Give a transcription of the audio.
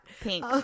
Pink